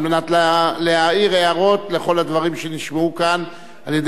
על מנת להעיר הערות על כל הדברים שנשמעו כאן על-ידי